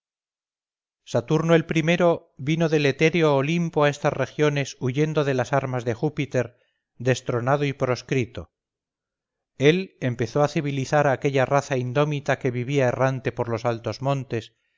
saturno el primero vino del etéreo olimpo a estas regiones huyendo de las armas de júpiter destronado y proscrito él empezó a civilizar a aquella raza indómita que vivía errante por los altos montes